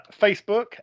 Facebook